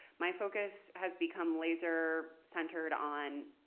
my focus has become laser-centered on,